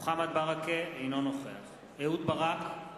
אינו נוכח אהוד ברק,